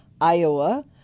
Iowa